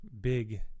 big